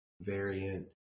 variant